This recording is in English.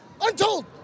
Untold